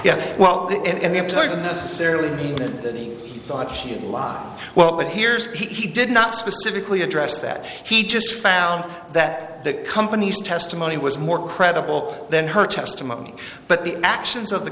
that he thought she did a lot well but here's he did not specifically address that he just found that the company's testimony was more credible than her testimony but the actions of the